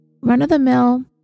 run-of-the-mill